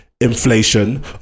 Inflation